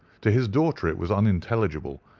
to his daughter it was unintelligible,